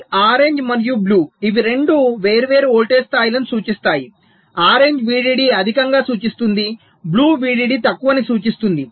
ఈ ఆరెంజ్ మరియు బ్లూ ఇవి రెండు వేర్వేరు వోల్టేజ్ స్థాయిలను సూచిస్తాయి ఆరెంజ్ VDD అధికంను సూచిస్తుంది బ్లూ VDD తక్కువని సూచిస్తుంది